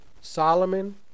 Solomon